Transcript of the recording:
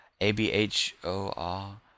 A-B-H-O-R